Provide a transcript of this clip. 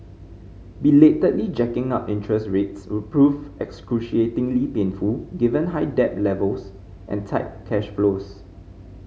belatedly jacking up interest rates would prove excruciatingly painful given high debt levels and tight cash flows